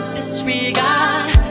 Disregard